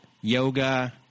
yoga